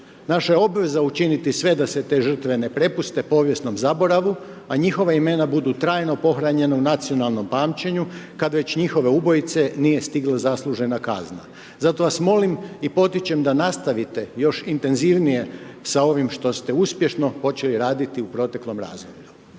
Naša je obveza učiniti sve da se te žrtve ne prepuste povijesnom zaboravu, a njihova imena budu trajno pohranjena u nacionalnom pamćenju, kada već njihove ubojice, nije stigla zaslužena kazna. Zato vas molim i potičem da nastavite još intenzivnije, sa ovim što ste uspješno počeli raditi u proteklom razdoblju.